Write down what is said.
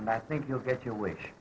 and i think you'll get your wa